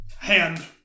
Hand